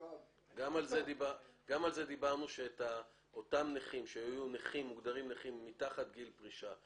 --- גם על זה דיברנו שאותם נכים שהיו מוגדרים נכים מתחת לגיל פרישה,